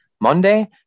Monday